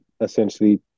essentially